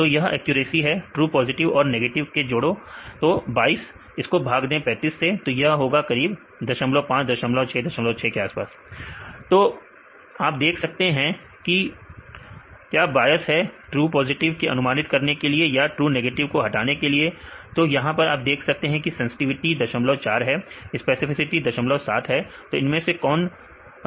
तो यह एक्यूरेसी है ट्रू पॉजिटिव और नेगेटिव को जोड़ें 22 इसको भाग दे 35 से तो यह होगा करीब करीब 05 06 06 तो आप देख सकते हैं किया बायस है ट्रू पॉजिटिव को अनुमानित करने के लिए या ट्रू नेगेटिव को हटाने के लिए तो यहां पर आप देख सकते हैं की सेंसटिविटी 04 है और स्पेसिफिसिटी 07 है तो इनमें से ज्यादा कौन हुआ